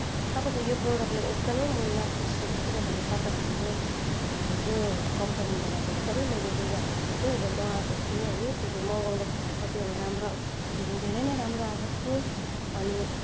तपाईँको यो प्रडक्टले एकदमै म नाखुस छु किनभने तपाईँहरूको यो यो कम्पनीबाट एकदमै मैले लुगाहरू धेरैवटा मगाएको थिएँ है त्यति मगाउँदाखेरिको कतिवटा राम्रो धेरै धेरै नै राम्रो आएको थियो अनि